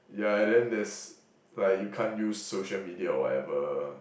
yeah and then there's like you can't use social media or whatever